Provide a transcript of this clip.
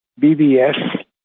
BBS